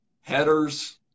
headers